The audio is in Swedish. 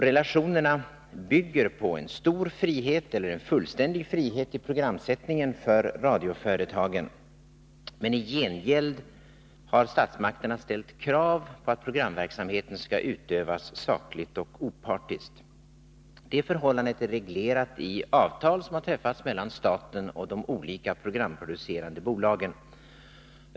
Relationerna bygger på en fullständig frihet i programsättningen för radioföretagen, men i gengäld har statsmakterna ställt krav på att programverksamheten skall utövas sakligt och opartiskt. Det förhållandet är reglerat i avtal som har träffats mellan staten och de olika programproducerande bolagen.